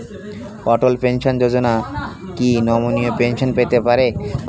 অটল pension Yojana কি নমনীয় pension পেতে পারে?